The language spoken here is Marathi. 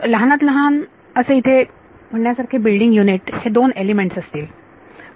तर लहानात लहान इथे बोलण्यासारखे बिल्डिंग युनिट हे दोन एलिमेंट्स असतील